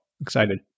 Excited